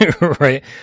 Right